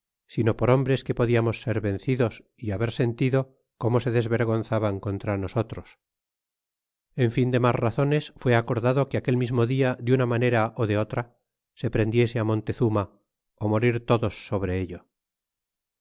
sino por hombres que podiamos ser vencidos y haber sentido como se desvergonzaban contra nosotros en fin de mas razones fué acordado que aquel mismo dia de una manera ú de otra se prendiese montezuma ó morir todos sobre ello